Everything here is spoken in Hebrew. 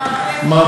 מה,